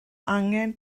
angen